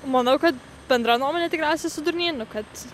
manau kad bendra nuomonė tikriausia su durnynu kad